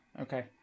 Okay